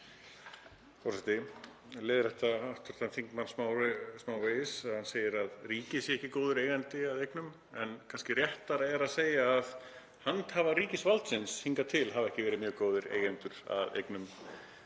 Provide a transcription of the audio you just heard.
Ég vil leiðrétta hv. þingmann smávegis, hann segir að ríkið sé ekki góður eigandi að eignum en kannski er réttara að segja að handhafar ríkisvaldsins hingað til hafi ekki verið mjög góðir eigendur að eignum.